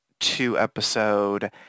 two-episode